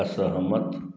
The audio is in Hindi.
असहमत